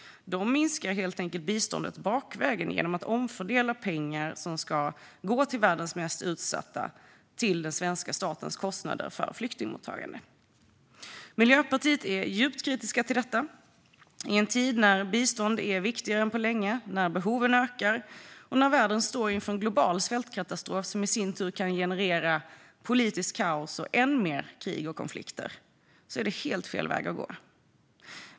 Den minskar helt enkelt biståndet bakvägen genom att pengar som ska gå till världens mest utsatta omfördelas till den svenska statens kostnader för flyktingmottagande. Miljöpartiet är djupt kritiskt till detta. I en tid när bistånd är viktigare än på länge, när behoven ökar och när världen står inför en global svältkatastrof som i sin tur kan generera politiskt kaos och än mer krig och konflikter är det helt fel väg att gå.